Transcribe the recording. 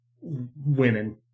women